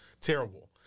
Terrible